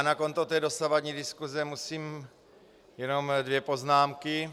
Na konto dosavadní diskuse musím jenom dvě poznámky.